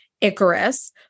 Icarus